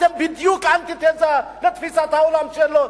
אתם בדיוק אנטיתזה לתפיסת העולם שלו,